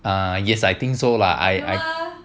uh yes I think so lah I I